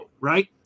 right